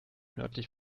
nördlich